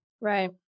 Right